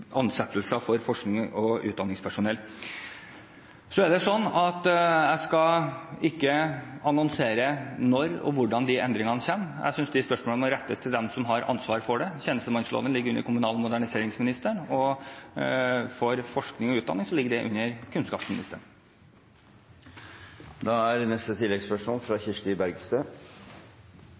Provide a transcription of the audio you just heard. utdanningspersonell. Jeg skal ikke annonsere når og hvordan de endringene kommer. Jeg synes de spørsmålene må rettes til dem som har ansvaret for dem. Tjenestemannsloven hører inn under kommunal- og moderniseringsministerens ansvarsområde, og forsknings- og utdanningsområdet hører inn under